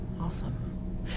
Awesome